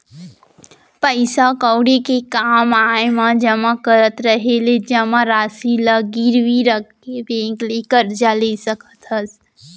पइसा कउड़ी के काम आय म जमा करत रहें ले जमा रासि ल गिरवी रख के बेंक ले करजा ले सकत हस